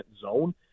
zone